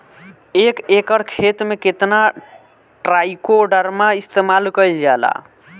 एक एकड़ खेत में कितना ट्राइकोडर्मा इस्तेमाल कईल जाला?